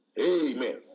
Amen